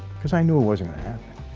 because i knew it wasn't it happening.